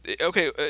okay